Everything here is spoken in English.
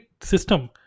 system